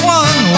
one